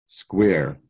square